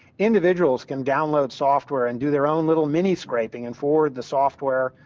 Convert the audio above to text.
individuals can download software and do their own little mini scraping and for the software,